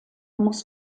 muss